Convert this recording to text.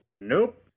Nope